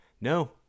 no